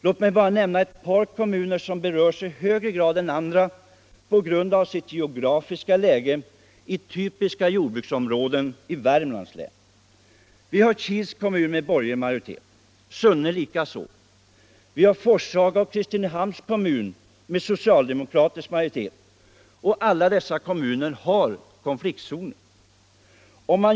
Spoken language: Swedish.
Låt mig bara nämna ett par kommuner, som berörs i högre grad än andra på grund av sitt geografiska läge i typiska jordbruksområden Vi har Kils och Sunne kommuner med borgerlig majoritet samt Forshaga och Kristinehamns kommuner med socialdemokratisk majoritet. Dessa kommuner har vissa konfliktzoner.